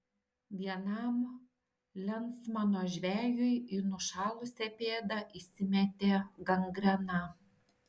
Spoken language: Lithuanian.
vienam lensmano žvejui į nušalusią pėdą įsimetė gangrena